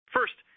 First